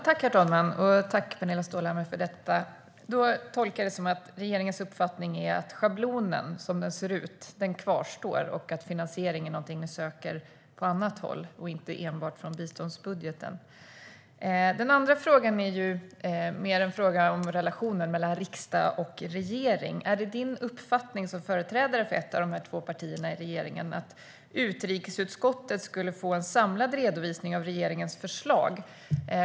Herr talman! Tack, Pernilla Stålhammar, för detta! Jag tolkar det som att regeringens uppfattning är att schablonen som den ser ut kvarstår och att finansiering är någonting ni söker på annat håll och inte enbart från biståndsbudgeten. Min andra fråga är mer en fråga om relationen mellan riksdag och regering. Är det din uppfattning, som företrädare för ett av de två partierna i regeringen, att utrikesutskottet skulle få en samlad redovisning av regeringens förslag?